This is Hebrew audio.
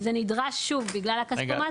זה נדרש שוב, בגלל הכספומטים.